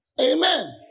amen